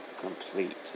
complete